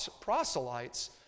proselytes